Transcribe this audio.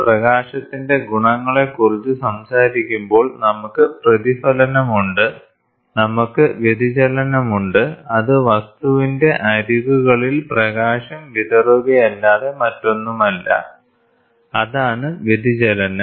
പ്രകാശത്തിന്റെ ഗുണങ്ങളെക്കുറിച്ച് സംസാരിക്കുമ്പോൾ നമുക്ക് പ്രതിഫലനമുണ്ട് നമുക്ക് വ്യതിചലനമുണ്ട് അത് വസ്തുവിന്റെ അരികുകളിൽ പ്രകാശം വിതറുകയല്ലാതെ മറ്റൊന്നുമല്ല അതാണ് വ്യതിചലനം